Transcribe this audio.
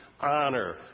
honor